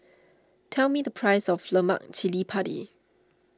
tell me the price of Lemak Cili Padi